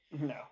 No